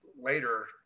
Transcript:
later